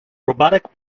robotic